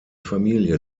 familie